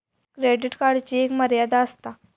credit कार्डची एक मर्यादा आसता